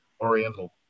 Oriental